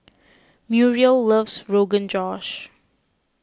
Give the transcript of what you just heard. Muriel loves Rogan Josh